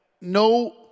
no